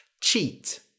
Cheat